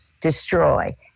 destroy